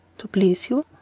to please you.